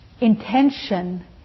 Intention